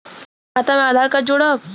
हमन के खाता मे आधार कार्ड जोड़ब?